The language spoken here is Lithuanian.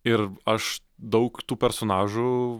ir aš daug tų personažų